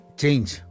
Change